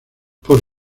por